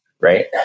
right